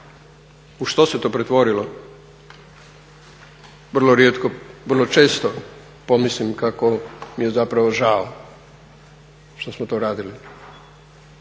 u što se to pretvorilo vrlo često pomislim kako mi je žao što smo to radili.